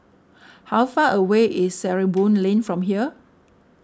how far away is Sarimbun Lane from here